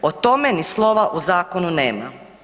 O tome ni slova u zakonu nema.